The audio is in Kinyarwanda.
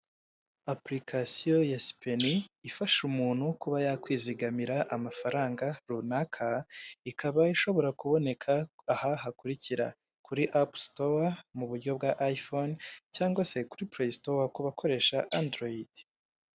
Apurikasiyo ya sipeni ifasha umuntu kuba yakwizigamira amafaranga runaka ikaba ishobora kuboneka aha hakurikira kuri apu sitowe mu buryo bwa ayifone cyangwa se kuri pureyisitowa ku bakoresha andoroyide.